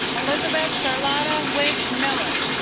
elizabeth charlotta rick miller